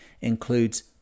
includes